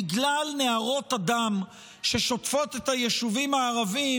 בגלל נהרות הדם השוטפים את היישובים הערביים,